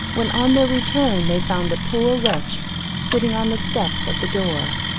when on their return they found a poor wretch sitting on the steps of the door.